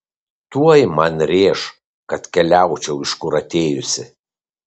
tuoj man rėš kad keliaučiau iš kur atėjusi